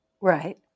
Right